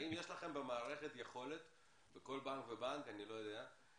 האם יש לכם במערכת יכולת בכל בנק ובנק לזהות